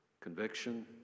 conviction